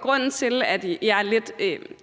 Grunden til, at jeg er lidt